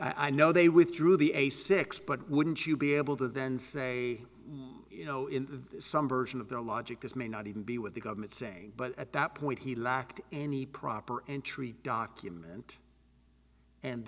fraud i know they withdrew the a six but wouldn't you be able to then say you know in some version of their logic this may not even be what the government say but at that point he lacked any proper entry document and